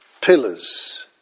pillars